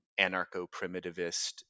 anarcho-primitivist